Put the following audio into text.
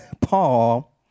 Paul